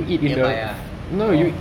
nearby ah orh